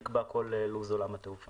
בעיקר כאלה שזה עבר לסוכנויות נסיעות